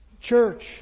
Church